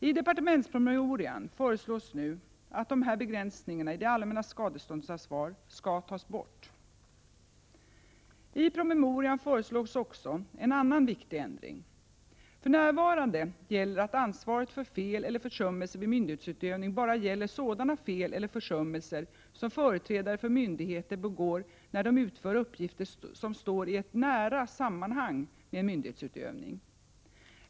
I departementspromemorian föreslås nu att de här begränsningarna i det allmännas skadeståndsansvar skall tas bort. I promemorian föreslås också en annan viktig ändring. För närvarande gäller ansvaret för fel eller försummelser vid myndighetsövning bara sådana fel eller försummelser som företrädare för myndigheter begår när de utför uppgifter som står i ett nära sammanhang med myndighetsutövningen.